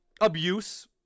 abuse